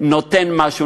נותן משהו,